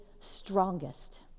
strongest